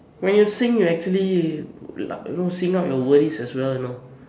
when you sing you actually lou know sing out your worries as well you know